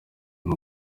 uyu